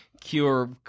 cure